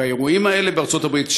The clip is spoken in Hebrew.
והאירועים האלה בארצות-הברית,